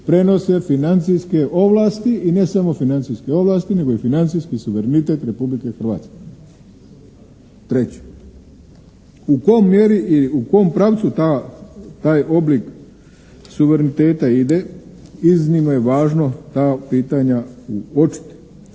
prenose financijske ovlasti i ne samo financijske ovlasti, nego i financijski suverenitet Republike Hrvatske. Treće. U kojoj mjeri i u kom pravcu taj oblik suvereniteta ide. Iznimno je važno ta pitanja uočiti